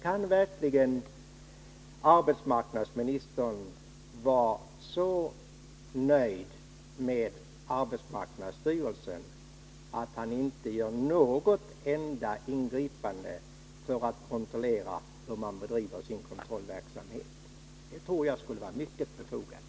Kan verkligen arbetsmarknadsministern vara så nöjd med arbetsmarknadsstyrelsen att han inte tänker göra något enda ingripande för att få en uppfattning om hur man där bedriver sin kontrollverksamhet? Jag tror att ett sådant ingripande skulle vara mycket befogat.